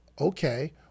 okay